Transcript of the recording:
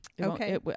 okay